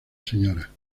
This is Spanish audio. sra